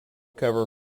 cover